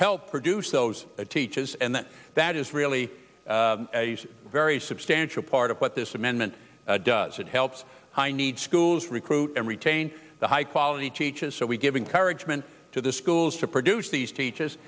help produce those teachers and then that is really a very substantial part of what this amendment does it helps high need schools recruit and retain the high quality teachers so we give encourage meant to the schools to produce these teache